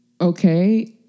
Okay